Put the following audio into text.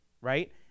Right